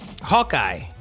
Hawkeye